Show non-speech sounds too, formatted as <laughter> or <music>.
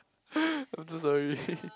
<laughs> I'm so sorry <laughs>